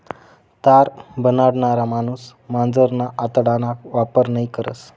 तार बनाडणारा माणूस मांजरना आतडाना वापर नयी करस